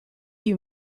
you